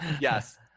yes